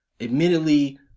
Admittedly